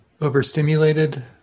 Overstimulated